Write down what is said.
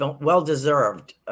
well-deserved